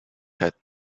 had